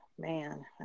man